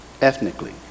Ethnically